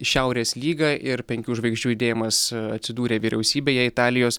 šiaurės lyga ir penkių žvaigždžių judėjimas atsidūrė vyriausybėje italijos